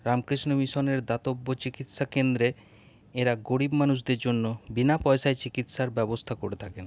রামকৃষ্ণ মিশনের দাতব্য চিকিৎসা কেন্দ্রে এরা গরিব মানুষদের জন্য বিনা পয়সায় চিকিৎসার ব্যবস্থা করে থাকেন